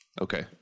Okay